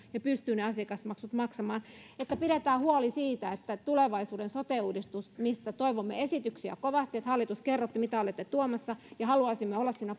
ja pystyy ne asiakasmaksut maksamaan pidetään huoli siitä että tulevaisuuden sote uudistuksessa mistä toivomme esityksiä kovasti että hallitus kerrotte mitä olette tuomassa ja haluaisimme olla siinä